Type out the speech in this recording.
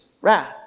wrath